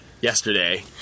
yesterday